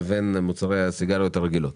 לבין מוצרי הסיגריות הרגילות.